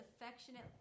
affectionate